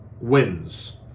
wins